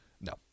No